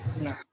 No